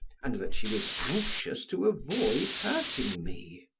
and that she was anxious to avoid hurting me.